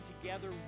together